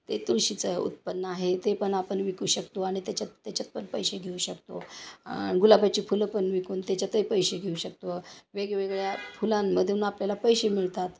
ते तुळशीचं उत्पन्न आहे ते पण आपण विकू शकतो आणि त्याच्यात त्याच्यात पण पैसे घेऊ शकतो गुलाबाची फुलं पण विकून त्याच्यातही पैसे घेऊ शकतो वेगवेगळ्या फुलांमधून आपल्याला पैसे मिळतात